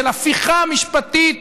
של הפיכה משפטית